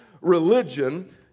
religion